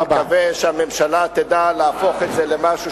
ואני מקווה שהממשלה תדע להפוך את זה למשהו,